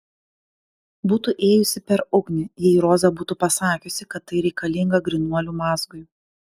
būtų ėjusi per ugnį jei roza būtų pasakiusi kad tai reikalinga grynuolių mazgui